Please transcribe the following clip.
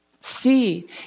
see